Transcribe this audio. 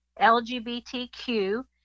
LGBTQ